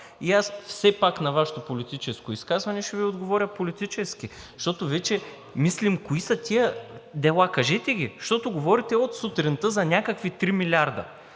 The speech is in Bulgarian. Все пак на Вашето политическо изказване аз ще Ви отговоря политически, защото вече мислим кои са тези дела. Кажете ги! Говорите от сутринта за някакви 3 милиарда